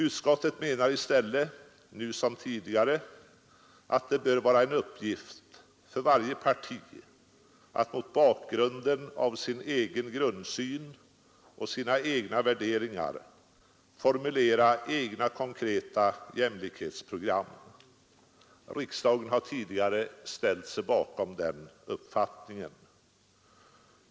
Utskottet menar i stället, nu som tidigare, att det bör vara en uppgift för varje parti att mot bakgrund av sin egen grundsyn och sina egna värderingar formulera egna konkreta jämlikhetskrav. Riksdagen har tidigare ställt sig bakom den uppfattningen.